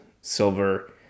silver